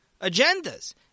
agendas